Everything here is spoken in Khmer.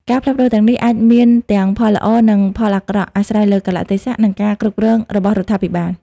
ការផ្លាស់ប្តូរទាំងនេះអាចមានទាំងផលល្អ និងផលអាក្រក់អាស្រ័យលើកាលៈទេសៈ និងការគ្រប់គ្រងរបស់រដ្ឋាភិបាល។